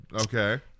Okay